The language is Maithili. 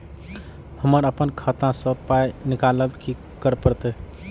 हम आपन खाता स पाय निकालब की करे परतै?